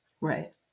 Right